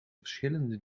verschillende